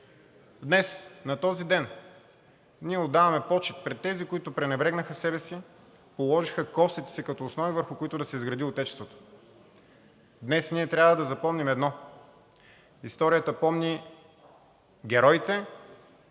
Днес на този ден ние отдаваме почит пред тези, които пренебрегнаха себе си, положиха костите си като основи, върху които да се изгради Отечеството. Днес ние трябва да запомним едно – историята помни героите